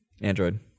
android